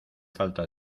falta